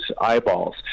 eyeballs